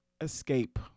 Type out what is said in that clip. escape